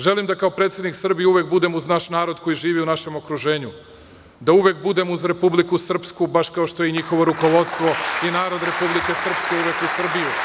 Želim da kao predsednik Srbije uvek budem uz naš narod koji živi u našem okruženju, da uvek budem uz Republiku Srpsku, baš kao što je i njihovo rukovodstvo i narod Republike Srpske uvek uz Srbiju.